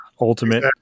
Ultimate